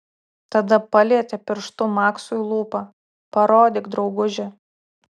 tada palietė pirštu maksui lūpą parodyk drauguži